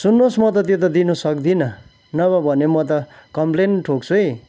सुन्नुहोस् म त त्यो त दिनु सक्दिनँ नत्र भने म त कम्प्लेन ठोक्छु है